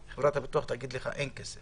חברת הביטוח תגיד: אין כסף.